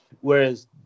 Whereas